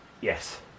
Yes